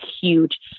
huge